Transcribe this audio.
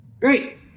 great